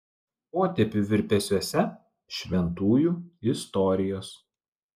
potėpių virpesiuose šventųjų istorijos